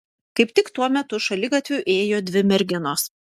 kaip tik tuo metu šaligatviu ėjo dvi merginos